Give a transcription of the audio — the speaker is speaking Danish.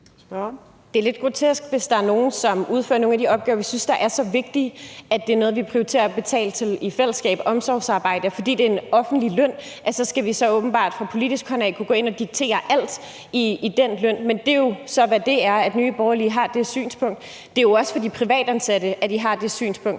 Det er lidt grotesk, hvis der er nogle, som udfører nogle af de opgaver, som vi synes er så vigtige, at det er noget, som vi prioriterer at betale til i fællesskab, f.eks. omsorgsarbejde, at vi så åbenbart, fordi det er en offentlig løn, fra politisk hold skal kunne gå ind og diktere alt i den løn. Men det er jo så, hvad det er, at Nye Borgerlige har det synspunkt. Og det er jo også i forhold til de privatansatte og også de lavtlønnede